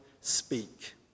speak